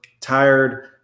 tired